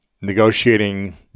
negotiating